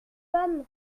femme